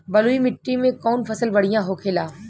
बलुई मिट्टी में कौन फसल बढ़ियां होखे ला?